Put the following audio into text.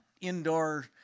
indoor